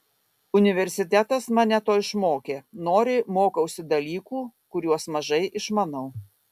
universitetas mane to išmokė noriai mokausi dalykų kuriuos mažai išmanau